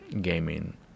gaming